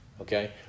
okay